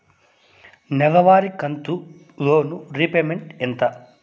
నెలవారి కంతు loan repayment ఎంత?